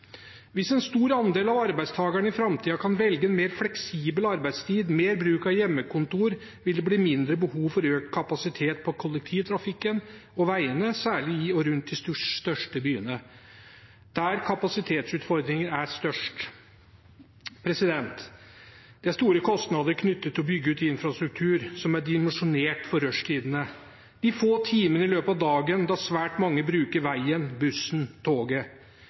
Hvis en stor del av arbeidstakerne i framtiden kan velge en mer fleksibel arbeidstid og mer bruk av hjemmekontor, vil det bli mindre behov for økt kapasitet på kollektivtrafikken og på veiene, særlig i og rundt de største byene, der kapasitetsutfordringene er størst. Det er store kostnader knyttet til å bygge ut infrastruktur som er dimensjonert for rushtidene – de få timene i løpet av dagen da svært mange bruker veien, bussen og toget.